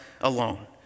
alone